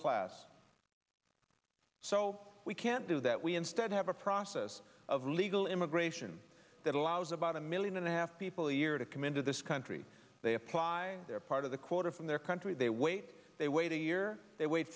class so we can't do that we instead have a process of legal immigration that allows about a million and a half people a year to come into this country they apply their part of the quarter from their country they wait they wait a year they wait